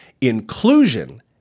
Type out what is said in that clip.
Inclusion